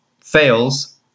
fails